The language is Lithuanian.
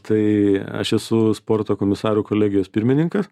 tai aš esu sporto komisarų kolegijos pirmininkas